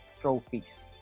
trophies